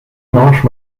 manches